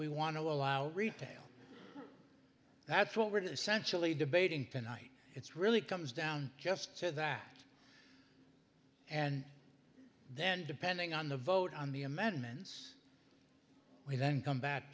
we want to allow retail that's what we're going to sensually debating tonight it's really comes down just said that and then depending on the vote on the amendments we then come back